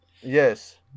yes